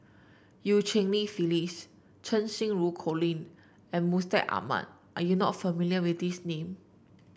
Eu Cheng Li Phyllis Cheng Xinru Colin and Mustaq Ahmad are you not familiar with these name